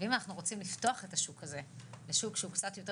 ואם אנחנו רוצים לפתוח את השוק הזה לשוק שהוא קצת יותר